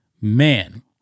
Man